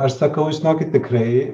aš sakau žinokit tikrai